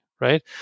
right